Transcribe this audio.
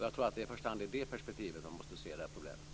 Jag tror att det i första hand är i det perspektivet som man måste se problemet.